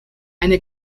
eine